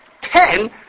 ten